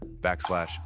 backslash